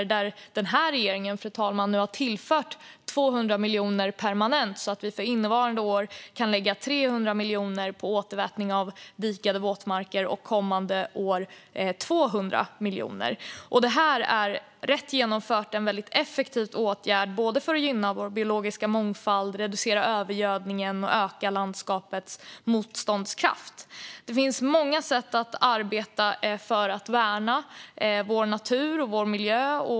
Nu har denna regering, fru talman, tillfört 200 miljoner permanent så att vi för innevarande år kan lägga 300 miljoner på återvattning av dikade våtmarker och kommande år 200 miljoner. Detta är, rätt genomfört, en väldigt effektiv åtgärd för att gynna vår biologiska mångfald, reducera övergödningen och öka landskapets motståndskraft. Det finns många sätt att arbeta för att värna vår natur och vår miljö.